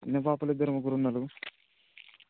చిన్న పాపలు ఇద్దరు ముగ్గురు ఉన్నారు